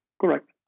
Correct